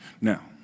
Now